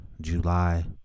July